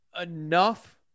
enough